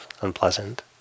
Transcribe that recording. unpleasant